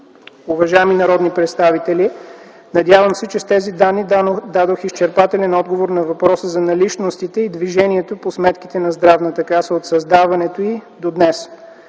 Уважаеми народни представители, надявам се, че с тези данни дадох изчерпателен отговор на въпроси за наличностите и движението по сметките на Здравната каса от създаването й до днес.